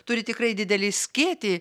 turi tikrai didelį skėtį